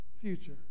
future